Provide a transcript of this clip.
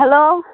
hello